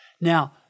Now